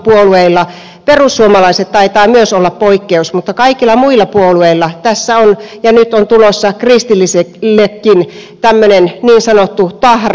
myös perussuomalaiset taitaa olla poikkeus mutta teillä kaikilla muilla puolueilla tässä on ja nyt on tulossa kristillisillekin tämmöinen niin sanottu tahra